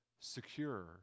secure